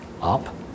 up